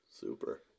Super